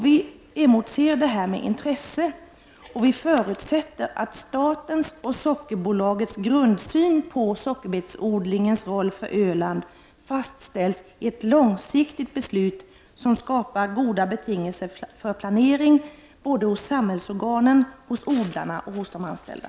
Vi emotser detta med intresse och förutsätter att statens och Sockerbolagets grundsyn i fråga om sockerbetodlingens roll för Öland fastställs i ett långsiktigt beslut som skapar goda betingelser för planering hos samhällsorgan, odlare och anställda.